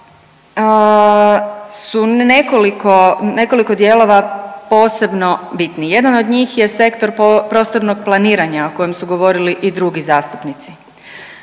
da su nekoliko dijelova posebno bitni, jedan od njih je sektor prostornog planiranja o kojem su govorili i drugi zastupnici.